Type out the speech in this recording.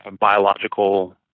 biological